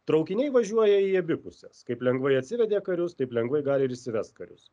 traukiniai važiuoja į abi puses kaip lengvai atsivedė karius taip lengvai gali ir išsivest karius